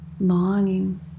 longing